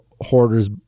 hoarders